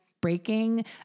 breaking